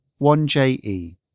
1JE